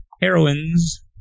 heroines